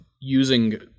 using